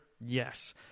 Yes